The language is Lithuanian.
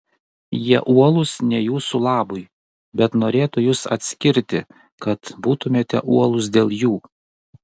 jie uolūs ne jūsų labui bet norėtų jus atskirti kad būtumėte uolūs dėl jų